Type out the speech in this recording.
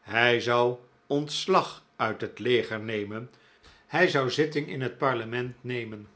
hij zou ontslag uit het leger nemen hij zou zitting in het parlement nemen